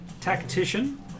Tactician